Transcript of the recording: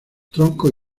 troncos